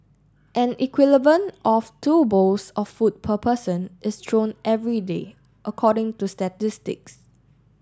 an of two bowls of food per person is thrown every day according to statistics